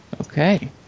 okay